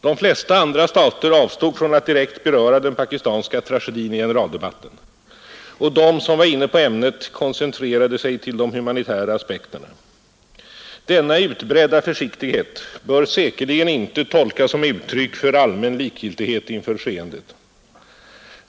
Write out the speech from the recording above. De flesta andra stater avstod från att direkt beröra den pakistanska tragedin i generaldebatten, och de som var inne på ämnet koncentrerade sig till de humanitära aspekterna, Denna utbredda försiktighet bör säkerligen inte tolkas som uttryck för allmän likgiltighet inför skeendet.